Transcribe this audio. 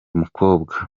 mukobwa